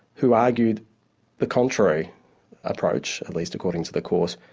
who argued the contrary approach, at least according to the court,